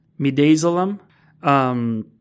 midazolam